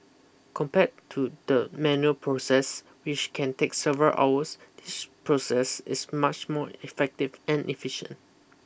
compared to the manual process which can take several hours this process is much more effective and efficient